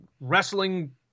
wrestling